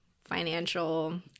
financial